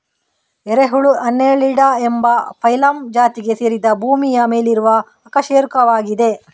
ಎರೆಹುಳು ಅನ್ನೆಲಿಡಾ ಎಂಬ ಫೈಲಮ್ ಜಾತಿಗೆ ಸೇರಿದ ಭೂಮಿಯ ಮೇಲಿರುವ ಅಕಶೇರುಕವಾಗಿದೆ